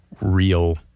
real